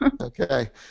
Okay